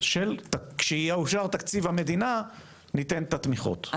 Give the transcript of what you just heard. של כשיאושר תקציב המדינה ניתן את התמיכות,